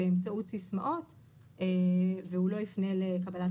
באמצעות סיסמאות והוא לא יפנה לקבלת